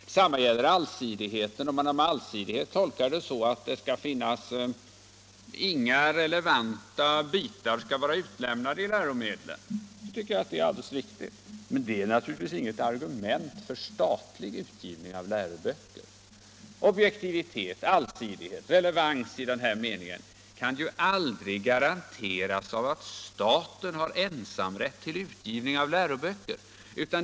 Detsamma gäller allsidigheten, om man tolkar det begreppet så att inga relevanta bitar får vara utelämnade i läromedlen. Det är också alldeles riktigt, men naturligtvis är det inget argument för statlig utgivning av läroböcker. Objektivitet, allsidighet och relevans i den här meningen kan ju aldrig garanteras av att staten har ensamrätt till utgivning av läroböcker.